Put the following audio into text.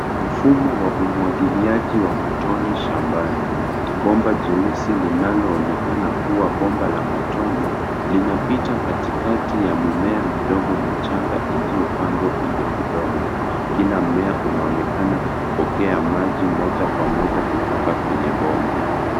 Mfumo wa umwagiliaji wa matone shambani. Bomba jeusi linaloonekana kuwa bomba la matone, linapita katikati ya mimea midogo michanga iliyopandwa kwenye udongo. Kila mmea unaonekana kupokea maji moja kwa moja kutoka kwenye bomba.